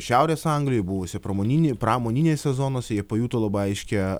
šiaurės anglijoj buvusioj pramoninėj pramoninėse zonose jie pajuto labai aiškią